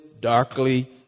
darkly